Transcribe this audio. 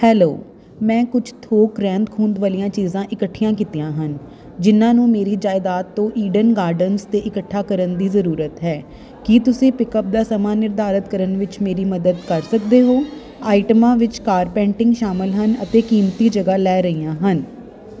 hello ਮੈਂ ਕੁਝ ਥੋਕ ਰਹਿੰਦ ਖੂੰਹਦ ਵਾਲੀਆਂ ਚੀਜ਼ਾਂ ਇਕੱਠੀਆਂ ਕੀਤੀਆਂ ਹਨ ਜਿਨ੍ਹਾਂ ਨੂੰ ਮੇਰੀ ਜਾਇਦਾਦ ਤੋਂ ਈਡਨ ਗਾਰਡਨਜ਼ 'ਤੇ ਇਕੱਠਾ ਕਰਨ ਦੀ ਜ਼ਰੂਰਤ ਹੈ ਕੀ ਤੁਸੀਂ ਪਿਕਅੱਪ ਦਾ ਸਮਾਂ ਨਿਰਧਾਰਤ ਕਰਨ ਵਿੱਚ ਮੇਰੀ ਮਦਦ ਕਰ ਸਕਦੇ ਹੋ ਆਈਟਮਾਂ ਵਿੱਚ ਕਾਰਪੈਟਿੰਗ ਸ਼ਾਮਲ ਹਨ ਅਤੇ ਕੀਮਤੀ ਜਗ੍ਹਾ ਲੈ ਰਹੀਆਂ ਹਨ